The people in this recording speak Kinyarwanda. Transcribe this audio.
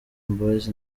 boys